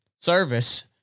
service